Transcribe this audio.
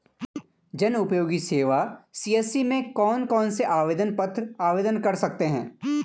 जनउपयोगी सेवा सी.एस.सी में कौन कौनसे आवेदन पत्र आवेदन कर सकते हैं?